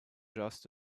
just